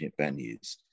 venues